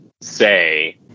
say